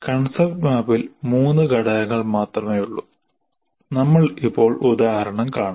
concept മാപ്പിൽ 3 ഘടകങ്ങൾ മാത്രമേയുള്ളൂ നമ്മൾ ഇപ്പോൾ ഉദാഹരണം കാണും